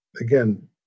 again